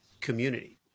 community